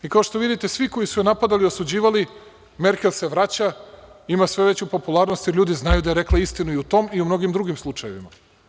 I kao što vidite, svi koji su je napadali i osuđivali, Merkel se vraća, ima sve veću popularnost, jer ljudi znaju da je rekla istinu, i u tom i u mnogim drugim slučajevima.